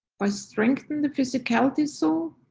by strengthening the physicality soul